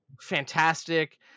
fantastic